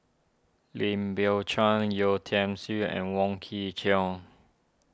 Lim Biow Chuan Yeo Tiam Siew and Wong Kin Jong